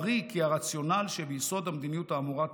ברי כי הרציונל שביסוד המדיניות האמורה תקף,